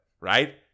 right